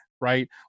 Right